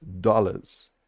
dollars